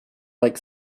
like